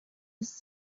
was